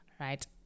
right